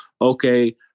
okay